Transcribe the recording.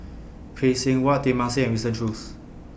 Phay Seng Whatt Teng Mah Seng and Winston Choos